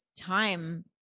time